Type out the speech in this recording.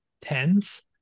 tens